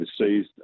overseas